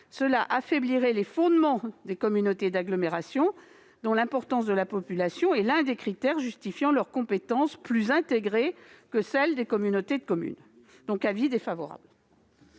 cela affaiblirait les fondements des communautés d'agglomération, dont l'importance de la population est l'un des critères justifiant leurs compétences plus intégrées que celle des communautés de communes. Le Gouvernement